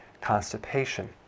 constipation